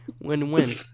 win-win